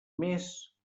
més